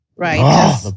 Right